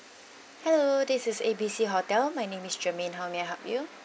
hello this is A B C hotel my name is germaine how may I help you